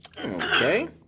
Okay